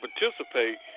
participate